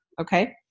Okay